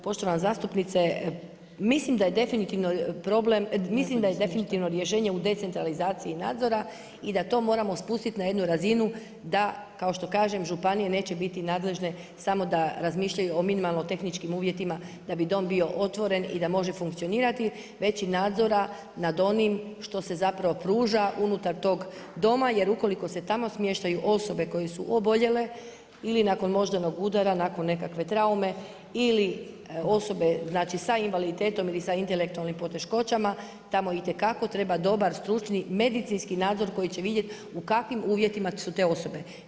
Poštovana zastupnice, mislim da je definitivno rješenje u decentralizaciji nadzora i da to moramo spustiti na jednu razinu, da kao što kažem, županije neće biti nadležne samo da razmišljaju o minimalno tehničkim uvjetima, da bi dom bio otvoren i da može funkcionirati, već i nadzora nad onim što se zapravo pruža unutar tog doma, jer ukoliko se tamo smještaj osobe koje su oboljele ili nakon moždanog udara, nakon nekakve traume, ili osobe sa invaliditetom ili sa intelektualnim poteškoćama tamo itekako treba dobar stručni medicinski nadzor koji će vidjeti u kakvim uvjetima su te osobe.